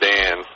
Dan